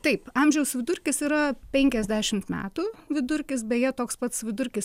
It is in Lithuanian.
taip amžiaus vidurkis yra penkiasdešim metų vidurkis beje toks pats vidurkis